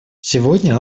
сегодня